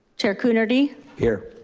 chair coonerty here.